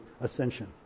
ascension